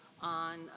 on